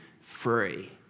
free